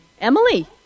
Emily